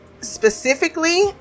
specifically